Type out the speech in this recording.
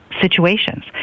situations